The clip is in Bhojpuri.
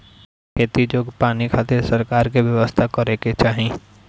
खेती जोग पानी खातिर सरकार के व्यवस्था करे के चाही